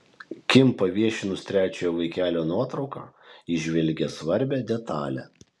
kim paviešinus trečiojo vaikelio nuotrauką įžvelgė svarbią detalę